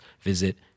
visit